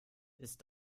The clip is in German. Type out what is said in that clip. ist